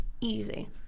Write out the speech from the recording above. Easy